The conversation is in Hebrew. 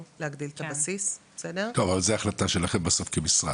להגדיל את הבסיס --- אבל זה החלטה שלכם בסוף כמשרד.